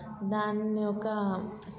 దాన్ని ఒక